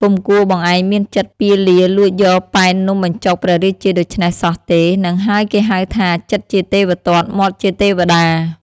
ពុំគួរបងឯងមានចិត្តពាលាលួចយកប៉ែននំបញ្ចុកព្រះរាជាដូច្នេះសោះទេ! ហ្នឹងហើយគេហៅថា ចិត្តជាទេវទត្ត មាត់ជាទេវតា!"